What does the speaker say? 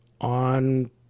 on